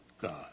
God